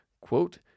quote